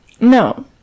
No